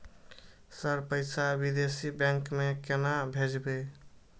Sir पैसा विदेशी bank में केना भेजबे?